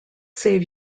save